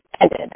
ended